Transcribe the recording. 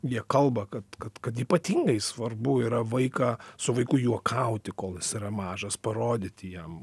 jie kalba kad kad kad ypatingai svarbu yra vaiką su vaiku juokauti kol jis yra mažas parodyti jam